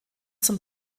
zum